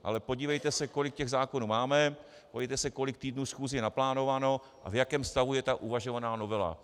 Ale podívejte se, kolik těch zákonů máme, podívejte se, kolik týdnů schůzí je naplánováno a v jakém stavu je ta uvažovaná novela.